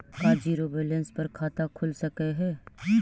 का zero balance पर खाता खुल सकले हे?